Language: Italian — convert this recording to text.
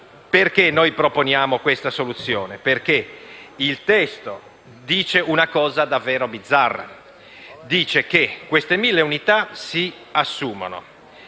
oneroso, proponiamo questa soluzione perché il testo dice una cosa davvero bizzarra, ovvero che le mille unità si assumono